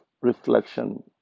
reflection